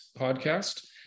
podcast